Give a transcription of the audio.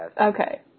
Okay